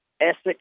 Essex